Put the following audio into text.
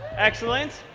excellent.